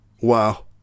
Wow